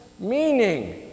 meaning